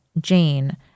Jane